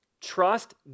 Trust